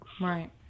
Right